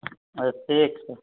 अच्छा ठीक छै